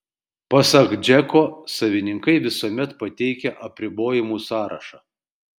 pasak džeko savininkai visuomet pateikia apribojimų sąrašą